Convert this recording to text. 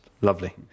lovely